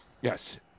Yes